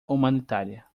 humanitária